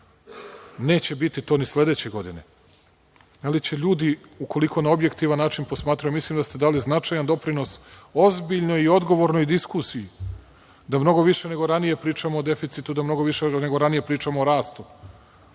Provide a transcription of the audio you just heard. biti to ni sledeće godine, ali će ljudi, ukoliko na objektivan način posmatraju, a mislim da ste dali značajan doprinos ozbiljnoj i odgovornoj diskusiji, da mnogo više nego ranije pričamo o deficitu, da mnogo više nego ranije pričamo o rastu,